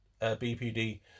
BPD